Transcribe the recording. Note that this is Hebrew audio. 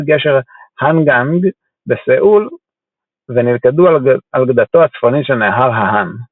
גשר האנגאנג בסיאול ונלכדו על גדתו הצפונית של נהר ההאן .